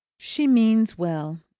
she means well,